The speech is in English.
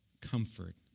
Comfort